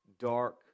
Dark